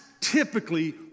typically